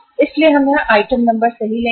इसलिए हम यहां आइटम नंबर सही लेंगे